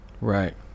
Right